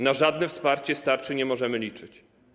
Na żadne wsparcie z tarczy nie możemy liczyć.